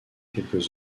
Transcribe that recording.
quelques